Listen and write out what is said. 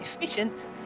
efficient